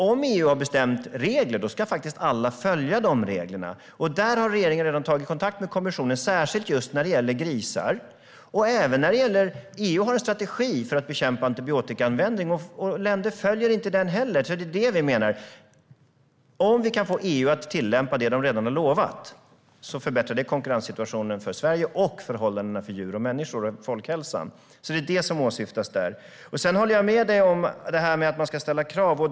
Om EU har bestämt regler ska alla faktiskt följa de reglerna. Regeringen har redan tagit kontakt med kommissionen, särskilt just när det gäller grisar. EU har en strategi för att bekämpa antibiotikaanvändning, och länder följer inte den heller. Det är det vi menar. Om vi kan få EU att tillämpa det som de redan har lovat förbättrar det konkurrenssituationen för Sverige och förhållandena för djur och människor och folkhälsan. Det är det som åsyftas. Jag håller med dig om att man ska ställa krav.